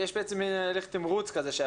יש תהליך תמרוץ.